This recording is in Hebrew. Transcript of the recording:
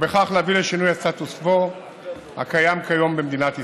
ובכך להביא לשינוי הסטטוס קוו הקיים כיום במדינת ישראל.